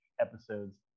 episodes